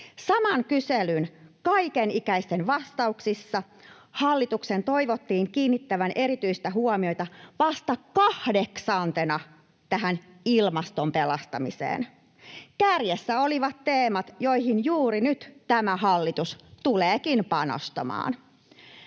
Saman kyselyn kaikenikäisten vastauksissa hallituksen toivottiin kiinnittävän erityistä huomiota vasta kahdeksantena tähän ”ilmaston pelastamiseen”. Kärjessä olivat teemat, joihin juuri nyt tämä hallitus tuleekin panostamaan.